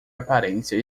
aparência